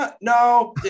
no